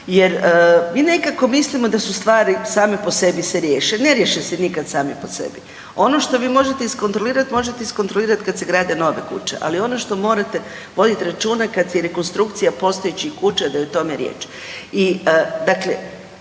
jer, mi nekako mislimo da su stvari same po sebi se riješe, ne riješe se nikad same po sebi. Ono što vi možete iskontrolirati, možete iskontrolirati kad se grade nove kuće, ali ono što morate voditi računa kad je rekonstrukcija postojećih kuća, da je o tome riječ.